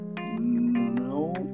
No